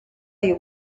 you